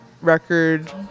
record